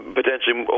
potentially